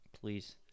please